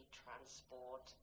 transport